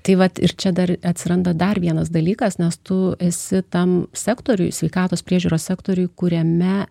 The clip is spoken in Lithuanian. tai vat ir čia dar atsiranda dar vienas dalykas nes tu esi tam sektoriuj sveikatos priežiūros sektoriuj kuriame